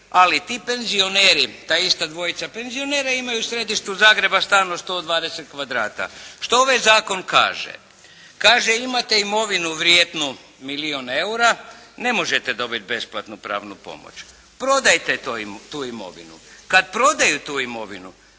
ali ti penzioneri, ta ista dvojica penzionera imaju u središtu Zagreba stan od 120 kvadrata. Što ovaj zakon kaže? Kaže imate imovinu vrijednu milijun eura, ne možete dobiti besplatnu pravnu pomoć, prodajte tu imovinu. Kada prodaju tu imovinu